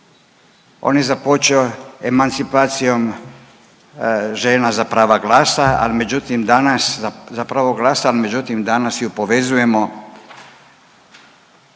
On je započeo emancipacijom žena za prava glasa, ali međutim danas ju povezujemo